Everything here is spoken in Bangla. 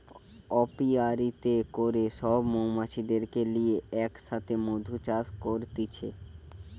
অপিয়ারীতে করে সব মৌমাছিদেরকে লিয়ে এক সাথে মধু চাষ করতিছে